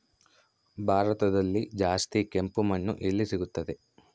ಭಾರತದಲ್ಲಿ ಜಾಸ್ತಿ ಕೆಂಪು ಮಣ್ಣು ಎಲ್ಲಿ ಸಿಗುತ್ತದೆ?